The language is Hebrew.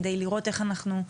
כדי לראות איך אנחנו מתקנים.